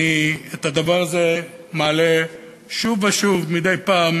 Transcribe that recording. אני את הדבר הזה מעלה שוב ושוב מדי פעם